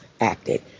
acted